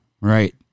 Right